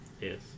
Yes